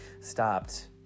stopped